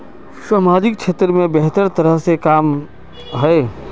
सामाजिक क्षेत्र में बेहतर तरह के काम होय है?